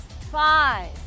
five